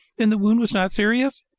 then the wound was not serious?